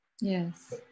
Yes